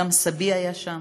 גם סבי היה שם,